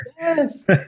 Yes